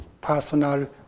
personal